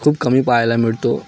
खूप कमी पाहायला मिळतो